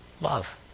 love